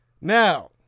Now